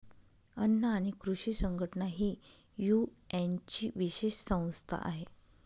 अन्न आणि कृषी संघटना ही युएनची विशेष संस्था आहे